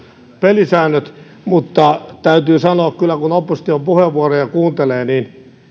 pelisäännöt mutta täytyy kyllä sanoa kun opposition puheenvuoroja kuuntelee että